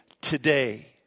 today